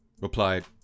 replied